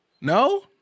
No